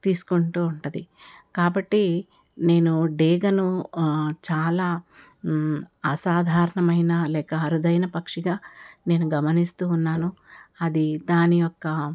తీసుకుంటూ ఉంటుంది కాబట్టి నేను డేగను చాలా అసాధారణమైన లేక అరుదైన పక్షిగా నేను గమనిస్తూ ఉన్నాను అది దాని యొక్క